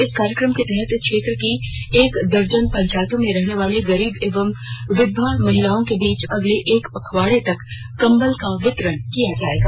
इस कार्यक्रम के तहत क्षेत्र की एक दर्जन पंचायतों में रहने वाले गरीब एवं विधवा महिलाओं के बीच अगले एक पखवाड़े तक कम्बल का वितरण किया जाएगा